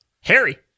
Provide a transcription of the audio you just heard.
Harry